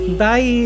bye